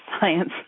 science